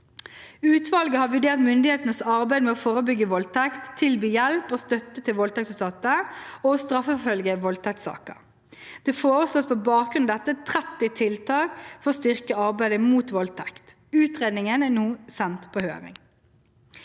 Utvalget har vurdert myndighetenes arbeid med å forebygge voldtekt, tilby hjelp og støtte til voldtektsutsatte og å straffeforfølge i voldtektssaker. På bakgrunn av dette foreslås det 30 tiltak for å styrke arbeidet mot voldtekt. Utredningen er nå sendt på høring.